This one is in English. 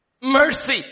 mercy